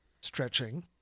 stretching